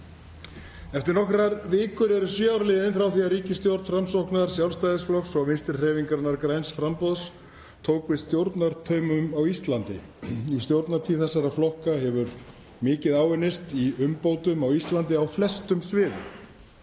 Eftir nokkrar vikur eru sjö ár liðin frá því ríkisstjórn Framsóknar, Sjálfstæðisflokks og Vinstri hreyfingarinnar – græns framboðs tók við stjórnartaumunum á Íslandi. Í stjórnartíð þessara flokka hefur mikið áunnist í umbótum á Íslandi á flestum sviðum.